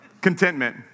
Contentment